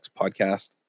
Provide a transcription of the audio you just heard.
podcast